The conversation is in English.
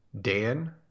Dan